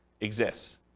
exists